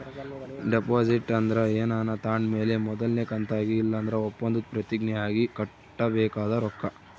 deposit ಅಂದ್ರ ಏನಾನ ತಾಂಡ್ ಮೇಲೆ ಮೊದಲ್ನೇ ಕಂತಾಗಿ ಇಲ್ಲಂದ್ರ ಒಪ್ಪಂದುದ್ ಪ್ರತಿಜ್ಞೆ ಆಗಿ ಕಟ್ಟಬೇಕಾದ ರೊಕ್ಕ